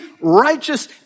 righteous